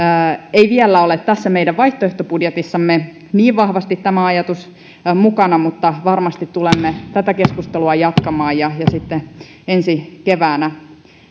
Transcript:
ei vielä ole tässä meidän vaihtoehtobudjetissamme niin vahvasti mukana mutta varmasti tulemme tätä keskustelua jatkamaan ja ja sitten ensi keväänä